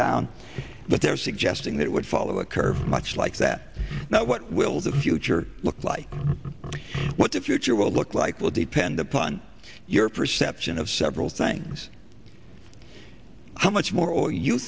down but they're suggesting that would follow a curve much like that now what will the future look like what the future will look like will depend upon your perception of several things how much more or you